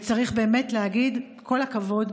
צריך באמת להגיד כל הכבוד,